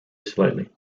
slightly